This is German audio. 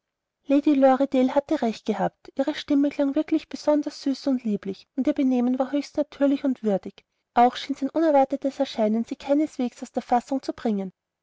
hatte recht gehabt ihre stimme klang wirklich besonders süß und lieblich und ihr benehmen war höchst natürlich und würdig auch schien sein unerwartetes erscheinen sie keineswegs aus der fassung zu bringen